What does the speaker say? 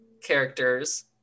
characters